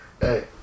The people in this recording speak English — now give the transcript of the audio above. Hey